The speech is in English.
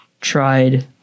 tried